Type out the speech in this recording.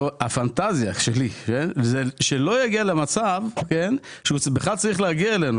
הפנטזיה שלי זה שלא יגיע למצב שהוא בכלל צריך להגיע אלינו,